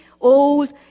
old